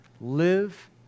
Live